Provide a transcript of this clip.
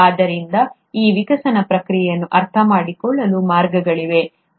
ಆದ್ದರಿಂದ ಈ ವಿಕಸನ ಪ್ರಕ್ರಿಯೆಯನ್ನು ಅರ್ಥಮಾಡಿಕೊಳ್ಳಲು ಮಾರ್ಗಗಳಿವೆ